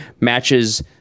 matches